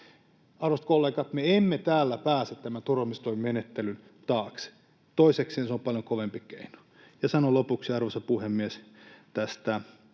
Arvoisat kollegat, me emme täällä pääse tämän turvaamistoimimenettelyn taakse. Toisekseen se on paljon kovempi keino. Sanon lopuksi, arvoisa puhemies, tästä